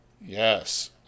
yes